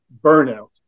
burnout